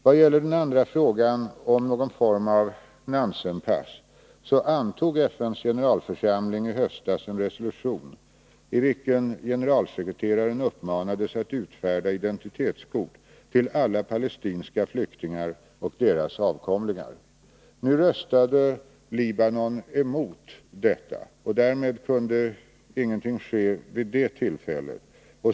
Vad gäller den andra frågan, om någon form av Nansen-pass, kan jag säga att FN:s generalförsamling i höstas antog en resolution, i vilken generalsekreteraren uppmanades att utfärda identitetskort till alla palestinska flyktingar och deras avkomlingar. Nu röstade Libanon emot detta förslag, och därmed kunde ingenting ske vid det tillfället.